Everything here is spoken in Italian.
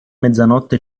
mezzanotte